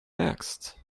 next